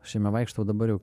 aš jame vaikštau dabar jau